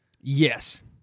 Yes